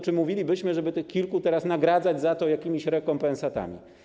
Czy mówilibyśmy, żeby tych kilka nagradzać za to jakimiś rekompensatami?